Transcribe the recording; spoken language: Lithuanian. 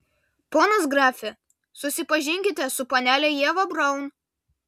ponas grafe susipažinkite su panele ieva braun